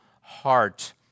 heart